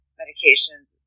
medications